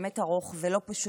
באמת ארוך ולא פשוט,